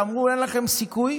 שאמרו להם: אין לכם סיכוי.